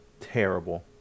terrible